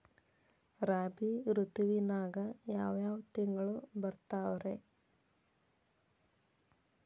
ರಾಬಿ ಋತುವಿನಾಗ ಯಾವ್ ಯಾವ್ ತಿಂಗಳು ಬರ್ತಾವ್ ರೇ?